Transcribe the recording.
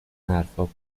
حرفها